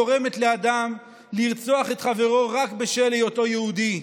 גורמת לאדם לרצוח את חברו רק בשל היותו יהודי?